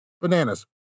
Bananas